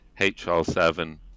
HL7